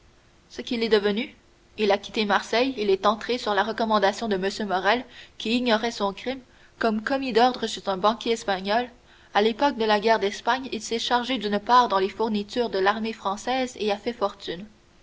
ce qu'il est devenu il a quitté marseille il est entré sur la recommandation de m morrel qui ignorait son crime comme commis d'ordre chez un banquier espagnol à l'époque de la guerre d'espagne il s'est chargé d'une part dans les fournitures de l'armée française et a fait fortune